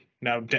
now